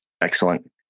Excellent